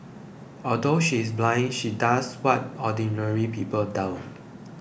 although she is blind she does what ordinary people don't